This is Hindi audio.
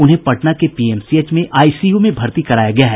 उन्हें पटना के पीएमसीएच में आईसीयू में भर्ती कराया गया है